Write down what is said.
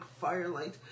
firelight